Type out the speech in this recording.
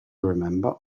remember